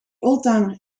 oldtimer